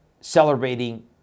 celebrating